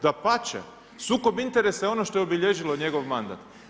Dapače, sukob interesa je ono što je obilježilo njegov mandat.